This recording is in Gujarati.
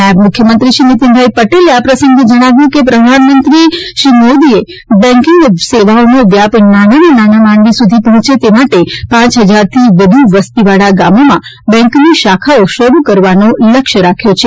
નાયબ મુખ્યમંત્રી શ્રી નીતિનભાઇ પટેલે આ પ્રસંગે જણાવ્યું કે પ્રધાનમંત્રી શ્રી નરેન્દ્રભાઇ મોદીએ બેન્કીગ સેવાઓનો વ્યાપ નાનામાં નાના માનવી સુધી પહોચે તે માટે પાંચ હજારથી વ્ધ વસ્તીવાળા ગામોમાં બેન્કની શાખાઓ શરૂ કરવાનો લક્ષ્ય રાખ્યો છે